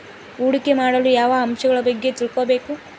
ಹೂಡಿಕೆ ಮಾಡಲು ಯಾವ ಅಂಶಗಳ ಬಗ್ಗೆ ತಿಳ್ಕೊಬೇಕು?